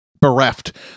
bereft